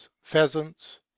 pheasants